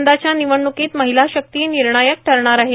यंदाच्या निवडणुकींत मोहला शक्ती भिणायक ठरणार आहे